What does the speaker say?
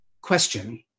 question